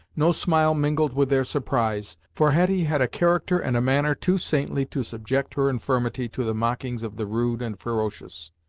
no smile mingled with their surprise, for hetty had a character and a manner too saintly to subject her infirmity to the mockings of the rude and ferocious.